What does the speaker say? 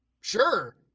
Sure